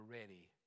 ready